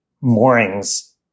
moorings